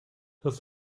das